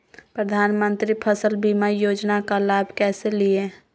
प्रधानमंत्री फसल बीमा योजना का लाभ कैसे लिये?